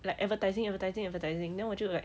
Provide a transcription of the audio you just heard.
like advertising advertising advertising then 我就 like